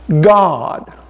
God